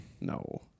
No